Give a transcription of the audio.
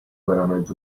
verament